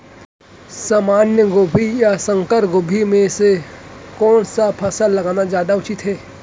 सामान्य गोभी या संकर गोभी म से कोन स फसल लगाना जादा उचित हे?